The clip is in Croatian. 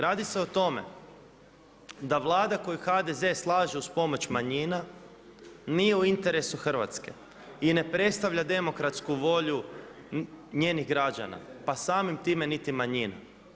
Radi se o tome da Vlada koju HDZ slaže uz pomoć manjina, nije u interesu Hrvatska i ne predstavlja demokratsku volju njenih građana, pa samim time niti manjina.